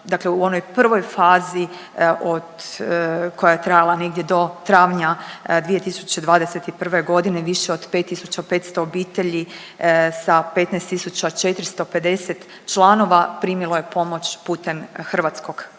Dakle u onoj prvoj fazi od koja je trajala negdje do travnja 2021. godine više od 5500 obitelji sa 15450 članova primilo je pomoć putem hrvatskog Caritasa.